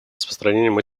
распространением